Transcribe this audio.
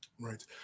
Right